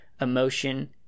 emotion